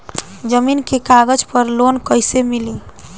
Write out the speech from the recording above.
जमीन के कागज पर लोन कइसे मिली?